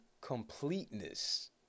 completeness